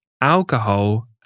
alcohol